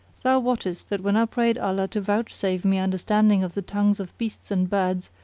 thou wottest that when i prayed allah to vouchsafe me understanding of the tongues of beasts and birds,